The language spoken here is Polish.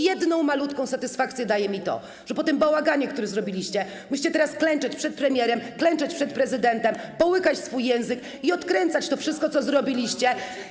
Jedną malutką satysfakcję daje mi to, że przez ten bałagan, który zrobiliście, musicie teraz klęczeć przed premierem, klęczeć przed prezydentem, połykać swój język i odkręcać to wszystko, co zrobiliście.